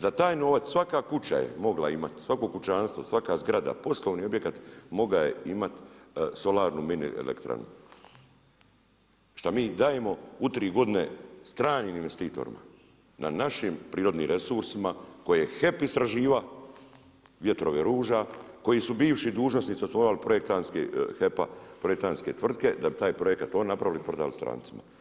Za taj novac svaka kuća je mogla imati, svako kućanstvo, svaka zgrada, poslovni objekat mogao je imati solarnu mini elektranu, šta mi dajemo u 3 godine stranim investitorima na našim prirodnim resursima koje je HEP istraživao, vjetrove ruža koji su bivši dužnosnici osnovali projektantske, HEP-a, projektantske tvrtke da bi taj projekat oni napravili i prodali strancima.